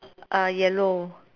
uh yellow